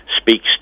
speaks